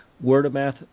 Word-of-mouth